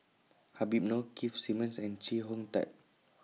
Habib Noh Keith Simmons and Chee Hong Tat